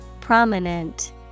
Prominent